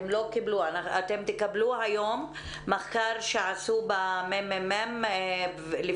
אתם תקבלו היום מחקר שעשו במרכז המידע והמחקר של הכנסת